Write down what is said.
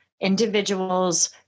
individuals